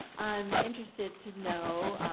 i'm interested to know,